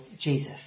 Jesus